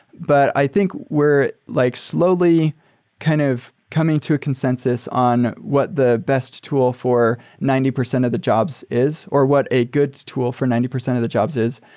but i think we're like slowly kind of coming to a consensus on what the best tool for ninety percent of the jobs is or what a good tool for ninety percent of the jobs is.